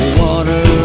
water